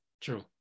True